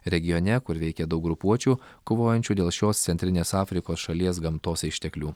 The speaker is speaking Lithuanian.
regione kur veikė daug grupuočių kovojančių dėl šios centrinės afrikos šalies gamtos išteklių